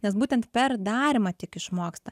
nes būtent per darymą tik išmoksta